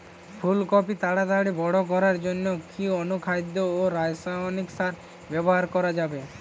ফুল কপি তাড়াতাড়ি বড় করার জন্য কি অনুখাদ্য ও রাসায়নিক সার ব্যবহার করা যাবে?